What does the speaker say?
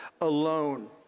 alone